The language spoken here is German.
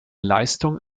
leistungen